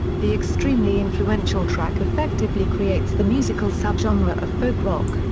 the extremely influential track effectively creates the musical subgenre ah of folk rock.